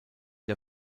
der